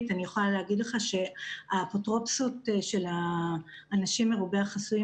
אני יכולה להגיד לך שהאפוטרופסות של האנשים מרובי החסויים